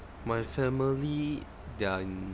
my family they're in